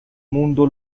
mundo